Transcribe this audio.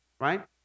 right